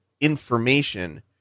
information